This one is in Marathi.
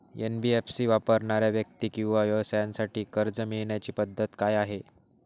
एन.बी.एफ.सी वापरणाऱ्या व्यक्ती किंवा व्यवसायांसाठी कर्ज मिळविण्याची पद्धत काय आहे?